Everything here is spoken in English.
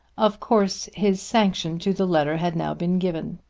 of course his sanction to the letter had now been given,